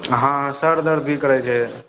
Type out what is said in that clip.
हँ सर दर्द भी करै छै